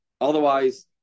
Otherwise